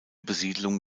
besiedlung